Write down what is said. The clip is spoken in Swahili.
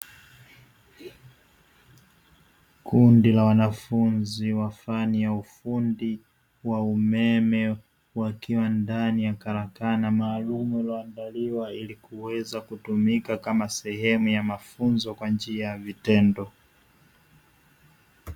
Kundi la wanafunzi wa fani ya ufundi wa umeme wakiwa ndani ya karakana maalumu iliyoandaliwa ili kuweza kutumika kama sehemu ya mafunzo kwa njia ya vitendo.